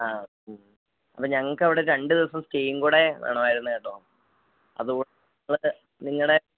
ആ ഉം അപ്പോൾ ഞങ്ങൾക്കവിടെ രണ്ടു ദിവസം സ്റ്റേയും കൂടെ വേണമായിരുന്നു കേട്ടോ അതുകൊണ്ട് നിങ്ങളുടെ